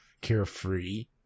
carefree